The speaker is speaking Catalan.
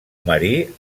marí